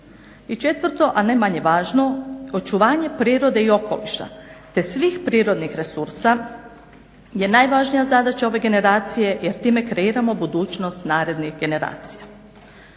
četvrto, a ne manje važno očuvanje prirode i okoliša, te svih prirodnih resursa je najvažnija zadaća ove generacije jer time kreiramo budućnost narednih generacija.